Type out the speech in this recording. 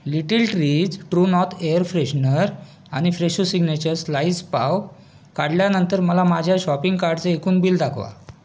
little trees true north air freshener आणि Fresho signature slices pav काढल्यानंतर मला माझ्या शॉपिंग कार्टचे एकूण बिल दाखवा